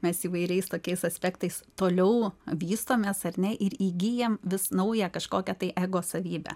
mes įvairiais tokiais aspektais toliau vystomės ar ne ir įgyjam vis naują kažkokią tai ego savybę